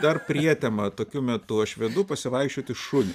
dar prietema tokiu metu aš vedu pasivaikščioti šunį